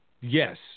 yes